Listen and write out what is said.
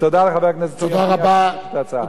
תודה לחבר הכנסת פיניאן על ההצעה.